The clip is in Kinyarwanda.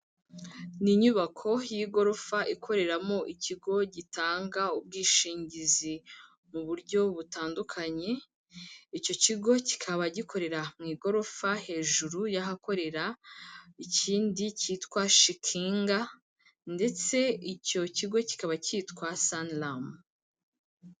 Ni inyubako y'igorofa ikoreramo ikigo gitanga ubwishingizi mu buryo butandukanye, icyo kigo kikaba gikorera mu igorofa hejuru y'ahakorera ikindi cyitwa shikinga ndetse icyo kigo kikaba cyitwa saniramu.